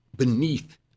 beneath